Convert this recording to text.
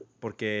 Porque